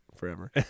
forever